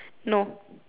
no